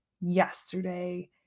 yesterday